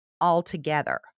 altogether